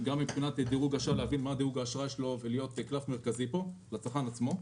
למשל להבין מה דירוג האשראי שלו ולהיות קלף מרכזי לצרכן עצמו,